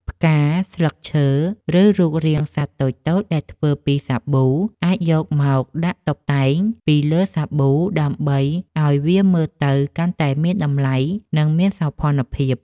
ផ្កា ស្លឹកឈើ ឬរូបរាងសត្វតូចៗដែលធ្វើពីសាប៊ូ អាចយកមកដាក់តុបតែងពីលើសាប៊ូដើម្បីឱ្យវាមើលទៅកាន់តែមានតម្លៃ និងមានសោភ័ណភាព។